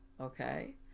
Okay